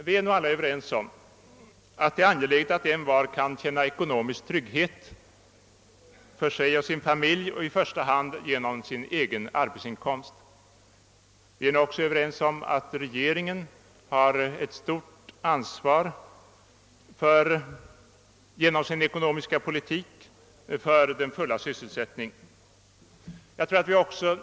Vi är nog alla överens om att det är angeläget att alla kan känna ekonomisk trygghet för sig och familjen och detta i första hand genom egen arbetsinkomst, och vi är nog också överens om att regeringen genom sin ekonomiska politik har ett stort ansvar för den fulla sysselsättningen.